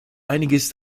einiges